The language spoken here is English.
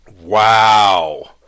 Wow